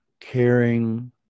Caring